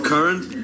Current